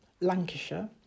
Lancashire